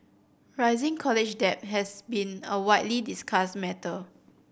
rising college debt has been a widely discussed matter